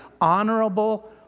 honorable